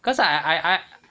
cause I I